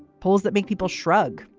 polls that make people shrug.